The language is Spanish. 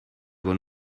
con